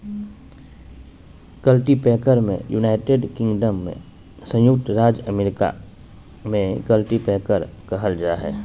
cultipacker के United Kingdom में संयुक्त राज्य अमेरिका में कल्टीपैकर कहल जा हइ